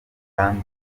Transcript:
kandi